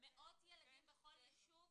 מאות ילדים בכל ישוב?